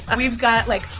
and we've got, like,